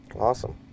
Awesome